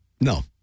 No